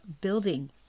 building